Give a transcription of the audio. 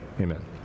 Amen